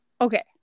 Okay